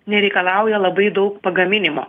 nereikalauja labai daug pagaminimo